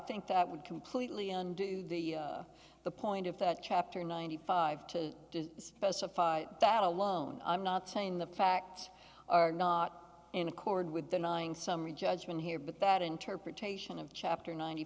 think that would completely undo the the point of the chapter ninety five to specify that alone i'm not saying the facts are not in accord with denying summary judgment here but that interpretation of chapter ninety